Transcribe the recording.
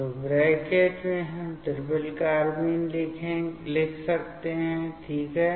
तो ब्रैकेट में हम ट्रिपल कार्बाइन लिख सकते हैं ठीक है